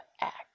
act